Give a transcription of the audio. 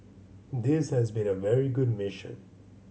this has been a very good mission